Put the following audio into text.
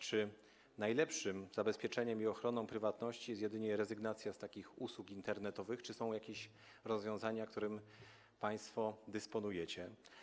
Czy najlepszym zabezpieczeniem i ochroną prywatności jest jedynie rezygnacja z takich usług internetowych, czy są jakieś rozwiązania, którymi państwo dysponujecie?